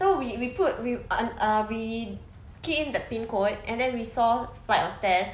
so we we put uh we key in the pin code and then we saw flight of stairs